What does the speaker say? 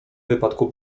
wypadku